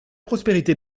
prospérité